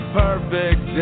perfect